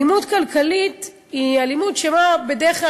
אלימות כלכלית היא אלימות שבה בדרך כלל